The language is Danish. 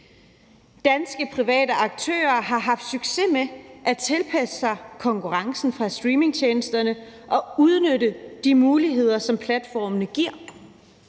Danske private aktører har haft succes med at tilpasse sig konkurrencen fra streamingtjenesterne og udnytte de muligheder, som platformene giver.